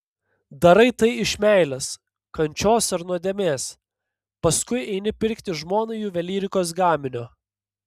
darai tai iš meilės kančios ar nuodėmės paskui eini pirkti žmonai juvelyrikos gaminio